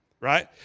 Right